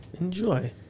Enjoy